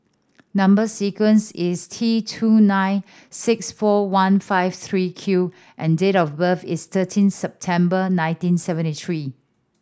number sequence is T two nine six four one five three Q and date of birth is thirteen September nineteen seventy three